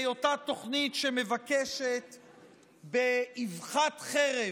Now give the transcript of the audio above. בהיותה תוכנית שבאבחת חרב